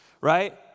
right